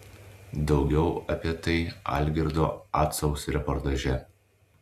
daugiau apie tai algirdo acaus reportaže